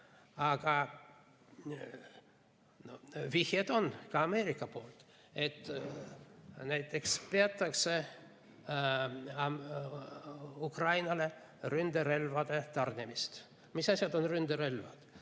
Aga vihjeid on, ka Ameerikast, näiteks et peatatakse Ukrainale ründerelvade tarnimine. Mis asjad on ründerelvad?